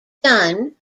done